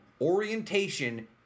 Orientation